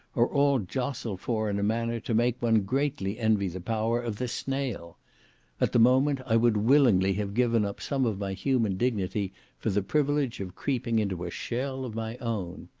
are all jostled for in a manner to make one greatly envy the power of the snail at the moment i would willingly have given up some of my human dignity for the privilege of creeping into a shell of my own.